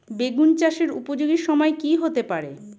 বেগুন চাষের উপযোগী সময় কি হতে পারে?